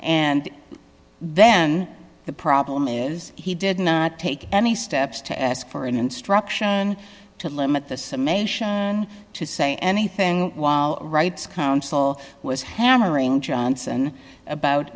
and then the problem is he did not take any steps to ask for an instruction to limit the summation to say anything while rights council was hammering johnson about